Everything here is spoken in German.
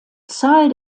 zahl